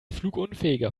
flugunfähiger